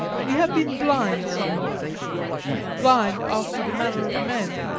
we have been blind somewhat blind after the manner of men,